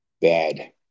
bad